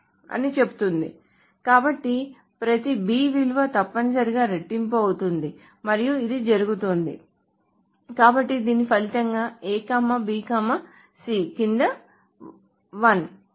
అని చెబుతుంది కాబట్టి ప్రతి B విలువ తప్పనిసరిగా రెట్టింపు అవుతుంది మరియు ఇది జరుగుతోంది కాబట్టి దీని ఫలితంగా A B C కింది 1